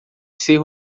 ser